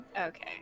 Okay